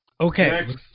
Okay